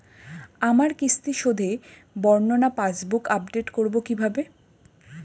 আমার কিস্তি শোধে বর্ণনা পাসবুক আপডেট করব কিভাবে?